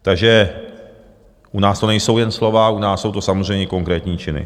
Takže u nás to nejsou jen slova, u nás jsou to samozřejmě konkrétní činy.